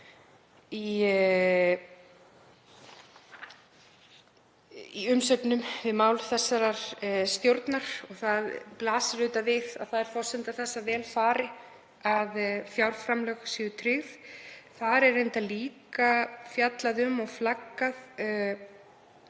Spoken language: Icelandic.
í umsögnum við mál þessarar stjórnar og það blasir við að það er forsenda þess að vel fari að fjárframlög séu tryggð. Þar er reyndar líka fjallað um og flaggað